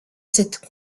cette